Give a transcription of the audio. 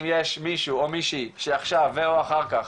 אם יש מישהו או מישהי שעכשיו ו/או אחר כך